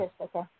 Okay